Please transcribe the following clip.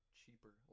cheaper